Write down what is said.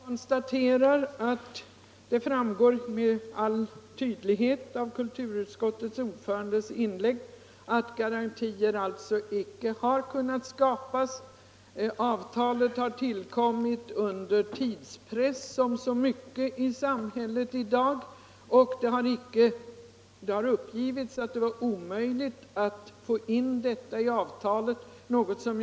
Fru talman! Jag bara konstaterar att det med all tydlighet framgår av kulturutskottets ordförandes inlägg att några garantier icke har kunnat skapas. Avtalet har tillkommit under tidspress, liksom så mycket annat i samhället av i dag, och det har uppgivits att det varit omöjligt att i avtalet få in några garantier för att samlingarna inte får skingras.